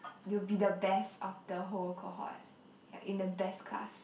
you will be the best of the whole cohort you're in the best class